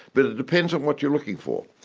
but it depends on what you're looking for.